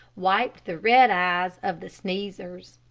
wiped the red eyes of the sneezers.